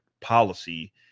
policy